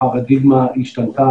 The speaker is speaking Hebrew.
הפרדיגמה השתנתה,